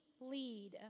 lead